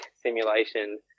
simulation